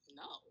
no